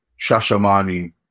Shashamani